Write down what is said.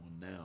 now